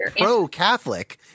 pro-Catholic